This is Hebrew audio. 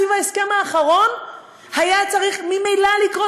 סביב ההסכם האחרון היה צריך ממילא לקרות,